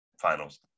finals